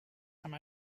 time